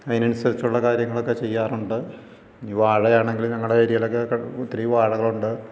അതിനനുസരിച്ചുള്ള കാര്യങ്ങളൊക്കെ ചെയ്യാറുണ്ട് ഇനി വാഴയാണെങ്കിൽ ഞങ്ങളുടെ ഏരിയയിലൊക്കെ ഒത്തിരി വാഴകളുണ്ട്